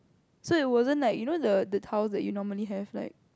so it wasn't like you know the the the tiles that you normally have like